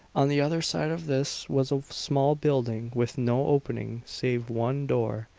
on the other side of this was a small building, with no opening save one door,